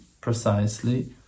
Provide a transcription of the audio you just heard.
precisely